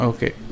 Okay